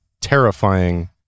terrifying